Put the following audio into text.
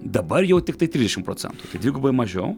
dabar jau tiktai trisdešimt procentų dvigubai mažiau